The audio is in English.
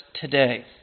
today